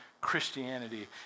Christianity